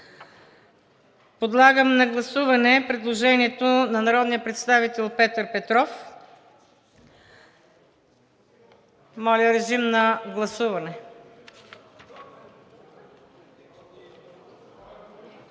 Подлагам на гласуване предложението на народния представител Петър Петров. Гласували